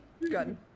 Good